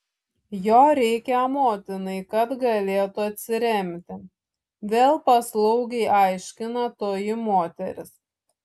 jo reikia motinai kad galėtų atsiremti vėl paslaugiai aiškina toji moteris